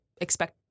expect